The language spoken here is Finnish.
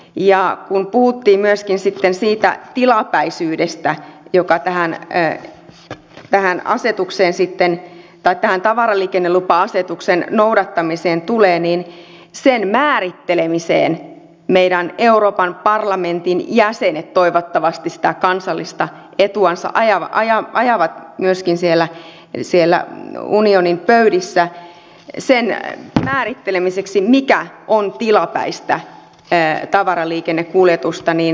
ja kun puhuttiin myöskin sitten siitä tilapäisyydestä joka tähän ehkä vähän asetukseen sitten tai tähän tavaraliikennelupa asetuksen noudattamiseen tulee niin meidän euroopan parlamentin jäsenet toivottavasti sitä kansallista etuansa ajavat myöskin siellä unionin pöydissä sen määrittelemiseksi mikä on tilapäistä tavaraliikennekuljetusta